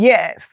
Yes